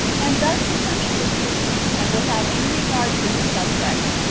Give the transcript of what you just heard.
and thus contemptuously, and without any regard to his subjects,